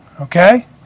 Okay